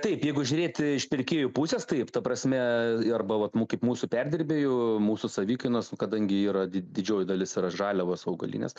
taip jeigu žiūrėti iš pirkėjų pusės taip ta prasme arba vat kaip mūsų perdirbėjų mūsų savikainos kadangi yra did didžioji dalis yra žaliavos augalinės